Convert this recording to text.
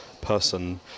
person